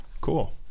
Cool